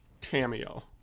cameo